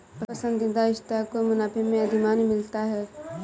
पसंदीदा स्टॉक को मुनाफे में अधिमान मिलता है